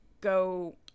go